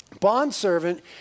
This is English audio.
bondservant